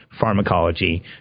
pharmacology